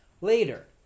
Later